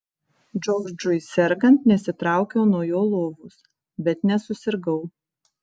džordžui sergant nesitraukiau nuo jo lovos bet nesusirgau